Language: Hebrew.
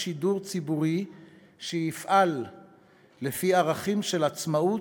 שידור ציבורי שיפעל לפי ערכים של עצמאות,